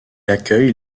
accueille